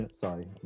Sorry